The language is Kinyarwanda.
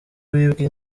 wibwe